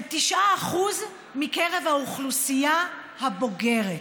הם 9% מקרב האוכלוסייה הבוגרת.